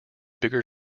bigger